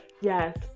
Yes